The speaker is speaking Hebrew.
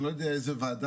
אני לא יודע איזה וועדה,